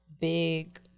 big